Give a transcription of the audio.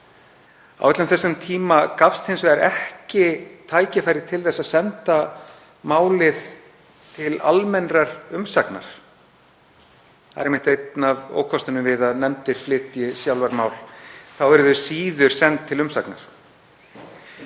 Á öllum þeim tíma gafst hins vegar ekki tækifæri til að senda málið til almennrar umsagnar. Einn af ókostunum við að nefndir flytji sjálfar mál er einmitt að þá eru þau síður send til umsagnar.